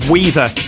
Weaver